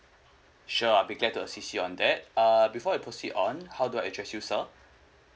sure I'll be glad to assist you on that uh before I proceed on how do I address you sir